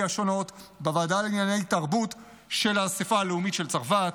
השונות בוועדה לענייני תרבות של האספה הלאומית של צרפת,